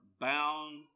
bound